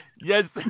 Yes